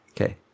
Okay